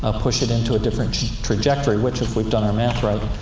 ah push it into a different trajectory, which, if we've done our math right,